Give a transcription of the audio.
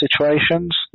situations